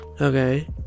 Okay